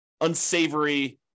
unsavory